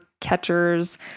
catchers